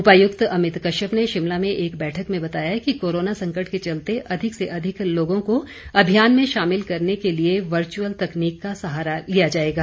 उपायुक्त अमित कश्यप ने शिमला में एक बैठक में बताया कि कोरोना संकट के चलते अधिक से अधिक लोगों को अभियान में शामिल करने के लिए वर्चुअल तकनीक का सहारा लिया जाएगा